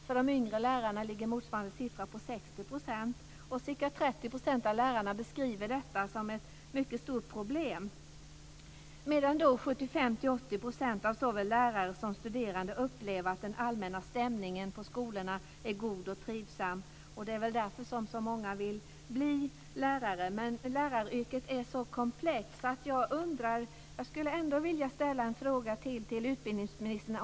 För de yngre lärarna ligger motsvarande siffra på 60 %, och ca 30 % av lärarna beskriver detta som ett mycket stort problem. 75 80 % av såväl lärare som studerande upplever att den allmänna stämningen på skolorna är god och trivsam. Det är väl därför som så många vill bli lärare, men läraryrket är så komplext. Jag skulle vilja ställa ytterligare en fråga till utbildningsministern.